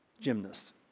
gymnasts